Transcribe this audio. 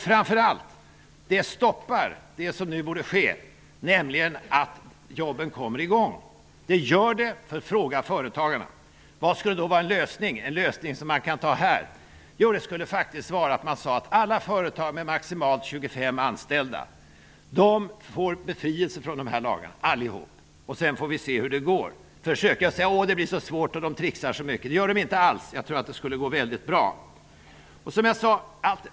Framför allt stoppar den det som nu borde ske: att jobben kommer i gång. Fråga företagarna! Vad vore en lösning? Jo, att alla företag med maximalt 25 anställda får befrielse från arbetslagarna. Sedan får vi se hur det går. Då sägs det: Det blir så svårt och företagarna trixar så mycket. Men det gör de inte alls. Jag tror att det skulle gå väldigt bra.